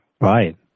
Right